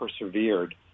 persevered